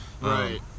Right